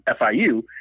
FIU